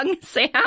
Sam